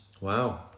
Wow